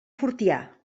fortià